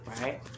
Right